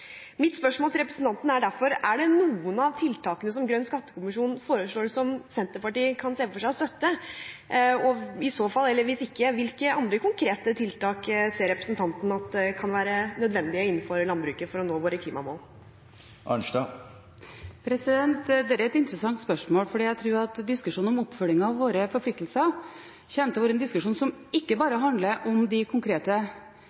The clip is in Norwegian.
Mitt spørsmål til representanten er derfor: Er det noen av tiltakene som Grønn skattekommisjon foreslår, som Senterpartiet kan se for seg å støtte? Og i så fall, eller hvis ikke: Hvilke andre konkrete tiltak ser representanten at kan være nødvendige innenfor landbruket for å nå våre klimamål? Det er et interessant spørsmål, for jeg tror at diskusjonen om oppfølging av våre forpliktelser kommer til å være en diskusjon som ikke bare handler om de konkrete